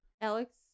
Alex